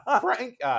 Frank